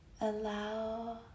Allow